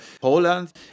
Poland